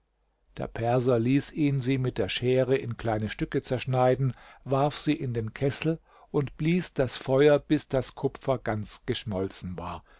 der perser ließ ihn sie mit einer schere in kleine stücke zerschneiden warf sie in den kessel und blies das feuer bis das kupfer ganz zerschmolzen war